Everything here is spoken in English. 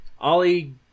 Ollie